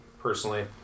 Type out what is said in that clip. personally